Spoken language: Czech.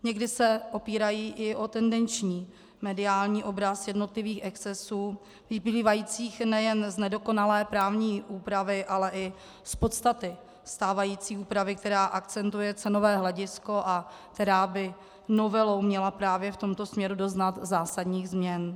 Někdy se opírají i o tendenční mediální obraz jednotlivých excesů vyplývajících nejen z nedokonalé právní úpravy, ale i z podstaty stávající úpravy, která akcentuje cenové hledisko a která by novelou měla právě v tomto směru doznat zásadních změn.